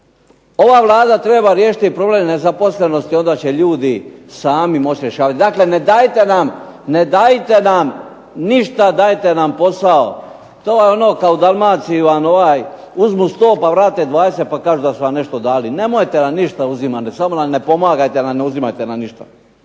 Ova Vlada treba riješiti problem nezaposlenosti, onda će ljudi sami moći rješavati. Dakle, ne dajte nam ništa, dajte nam posao. To je ono ka u Dalmaciji vam ovaj uzmu 100 pa vrate 20 pa kažu da su vam nešto dali. Nemojte nam ništa uzimat, samo nam ne pomagajte, al nam ne uzimajte ništa.